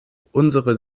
unsere